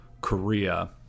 Korea